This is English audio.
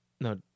No